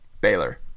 Baylor